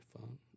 phone